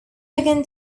began